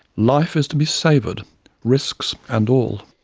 life is to be savoured risks and all.